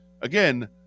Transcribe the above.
Again